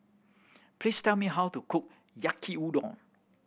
please tell me how to cook Yaki Udon